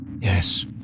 yes